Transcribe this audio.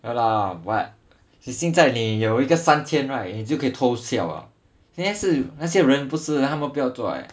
ya lah but 你现在你有一个三千块 right 你就可以偷笑 liao 现在是那些人不是不要做 leh